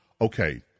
Okay